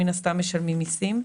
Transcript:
שמן הסתם גם משלמים מיסים.